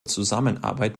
zusammenarbeit